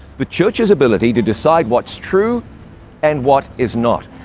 the church's ability to decide what's true and what is not.